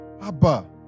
Abba